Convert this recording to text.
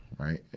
right.